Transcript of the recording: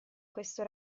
questo